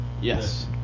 yes